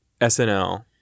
SNL